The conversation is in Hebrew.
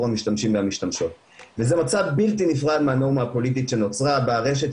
המשתמשים והמשתמשות וזה מצב בלתי נפרד מהנורמה הפוליטית שנוצרה ברשת,